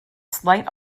slight